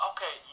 Okay